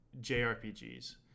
JRPGs